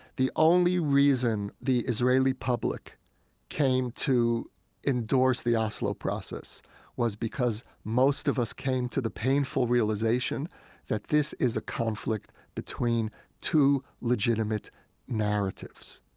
the only reason the israeli public came to endorse the oslo process was because most of us came to the painful realization that this is a conflict between two legitimate narratives,